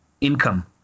income